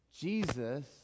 Jesus